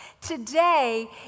Today